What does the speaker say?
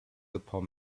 upon